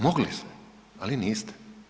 Mogli ste, ali niste.